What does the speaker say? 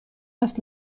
است